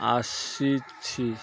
ଆସିଛି